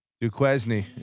Duquesne